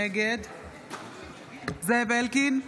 נגד זאב אלקין,